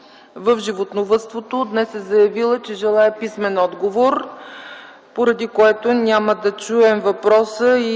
в животновъдството. Днес тя е заявила, че желае писмен отговор, поради което няма да чуем въпроса и